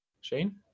Shane